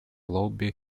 lobby